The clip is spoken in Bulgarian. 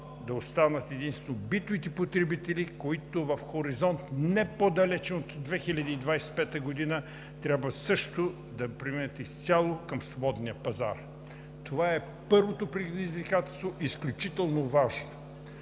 да останат единствено битовите потребители, които в хоризонт не по-далечен от 2025 г. трябва също да преминат изцяло към свободния пазар. Това е първото изключително важно